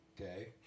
Okay